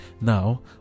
Now